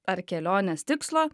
ar kelionės tikslo